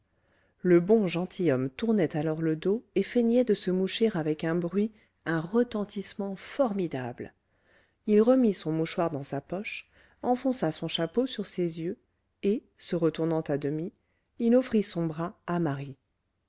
le bon gentilhomme tournait alors le dos et feignait de se moucher avec un bruit un retentissement formidables il remit son mouchoir dans sa poche enfonça son chapeau sur ses yeux et se retournant à demi il offrit son bras à marie